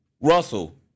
Russell